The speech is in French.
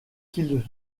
qu’il